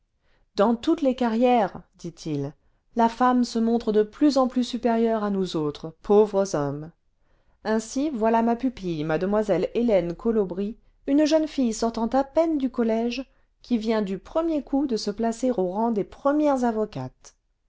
dans toutes les carrières dit-il la femme se montre de jdius en plus supérieure à nous autres pauvres hommes ainsi voilà ma pupille mlle hélène colobry une jeune fille sortant à peine du collège qui vient du premier coup de se placer au rang clés premières avocates